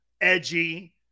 edgy